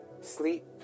sleep